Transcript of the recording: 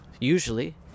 Usually